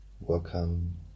welcome